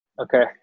Okay